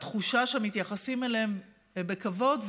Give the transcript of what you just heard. התחושה שמתייחסים אליהם בכבוד.